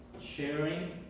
Sharing